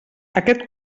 aquest